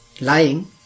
lying